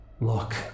Look